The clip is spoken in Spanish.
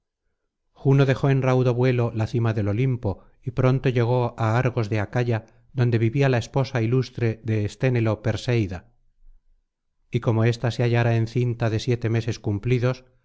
juno dejó en raudo vuelo la cima del olimpo y pronto llegó á argos de acaya donde vivía la esposa ilustre de esténelo perseida y como ésta se hallara encinta de siete meses cumplidos